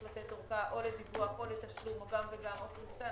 לתת ארכה או לדיווח או תשלום או גם וגם או לפריסה,